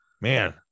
Man